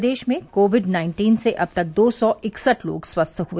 प्रदेश में COVID nineteen से अब तक दो सौ इकसठ लोग स्वस्थ हुए